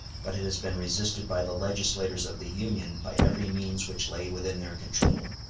but it has been resisted by the legislators of the union by every means which lay within their control.